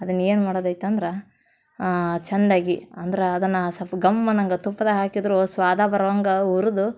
ಅದನ್ನು ಏನು ಮಾಡೋದೈತೆ ಅಂದ್ರೆ ಚೆಂದಾಗಿ ಅಂದ್ರೆ ಅದನ್ನು ಸಲ್ಪ ಘಮ್ ಅನ್ನಂಗೆ ತುಪ್ದಾಗೆ ಹಾಕಿದರೂ ಸ್ವಾದ ಬರ್ವಂಗೆ ಹುರ್ದು